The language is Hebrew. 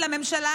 ובימים אלה ממש,